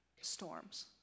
storms